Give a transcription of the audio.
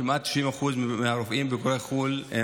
כמעט 90% מהרופאים בוגרי חו"ל,